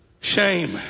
shame